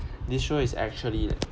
this show is actually